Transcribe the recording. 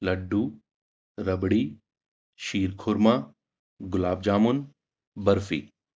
لڈو rabri sheer korma gulab jamun barfi